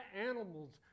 animals